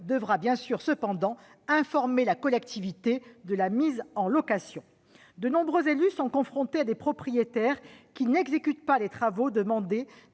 devra cependant informer la collectivité de la mise en location du bien. De nombreux élus sont confrontés à des propriétaires qui n'exécutent pas les travaux définis